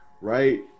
right